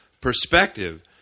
perspective